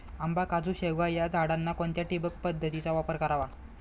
आंबा, काजू, शेवगा या झाडांना कोणत्या ठिबक पद्धतीचा वापर करावा?